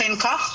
אכן כך.